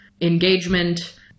engagement